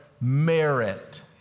merit